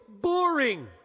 boring